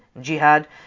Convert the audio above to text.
jihad